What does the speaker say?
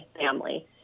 family